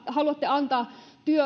haluatte antaa